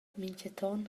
mintgaton